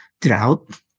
drought